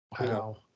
wow